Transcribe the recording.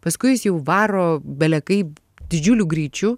paskui jis jau varo bele kaip didžiuliu greičiu